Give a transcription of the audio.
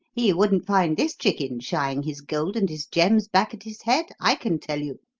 he wouldn't find this chicken shying his gold and his gems back at his head, i can tell you.